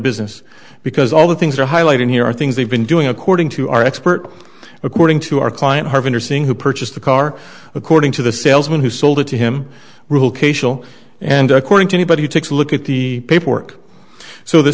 business because all the things are highlighted here are things they've been doing according to our expert according to our client harvin are seeing who purchased the car according to the salesman who sold it to him real k szell and according to anybody who takes a look at the paperwork so the